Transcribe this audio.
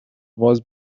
was